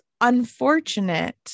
unfortunate